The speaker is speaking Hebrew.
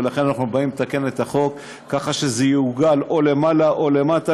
ולכן אנחנו באים לתקן את החוק ככה שזה יעוגל או למעלה או למטה,